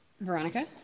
Veronica